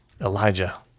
Elijah